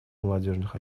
молодежных